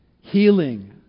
healing